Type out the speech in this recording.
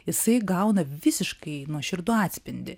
jisai gauna visiškai nuoširdų atspindį